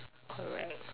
correct